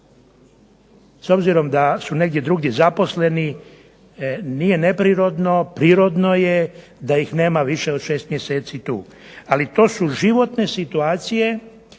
S obzirom da su negdje drugdje zaposleni nije neprirodno, prirodno je da ih nema više od šest mjeseci tu ali to su životne situacije